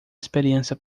experiência